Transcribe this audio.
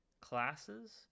classes